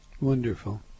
Wonderful